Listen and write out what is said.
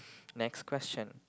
next question